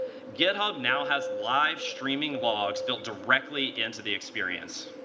github now has live streaming logs built directly into the experience.